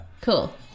Cool